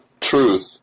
truth